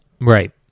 Right